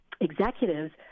executives